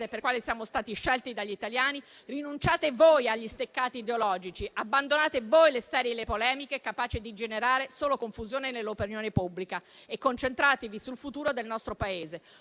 per cui siamo stati scelti dagli italiani, rinunciate voi agli steccati ideologici; abbandonate voi le sterili polemiche capaci di generare solo confusione nell'opinione pubblica, e concentratevi sul futuro del nostro Paese;